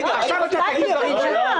אתה רוצה --- גפני, זאת התשובה.